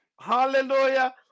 hallelujah